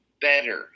better